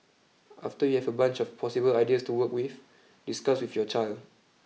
after you have a bunch of possible ideas to work with discuss with your child